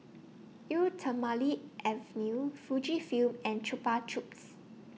Eau Thermale Avene Fujifilm and Chupa Chups